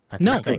no